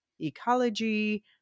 ecology